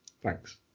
Thanks